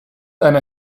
einer